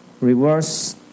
Reverse